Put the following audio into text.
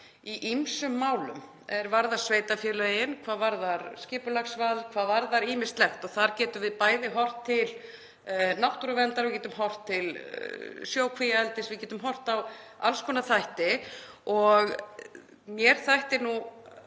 í ýmsum málum er varða sveitarfélögin, hvað varðar skipulagsvald, hvað varðar ýmislegt. Þar getum við bæði horft til náttúruverndar og við getum horft til sjókvíaeldis, við getum horft á alls konar þætti. Mér þætti